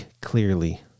clearly